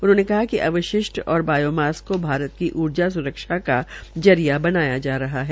उन्होंने कहा कि अवशिष्ट और बायोमास की भारत की ऊर्जा सुरक्षा का जरिया का बनाया जा रहे है